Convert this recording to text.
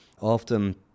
Often